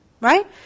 Right